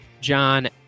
John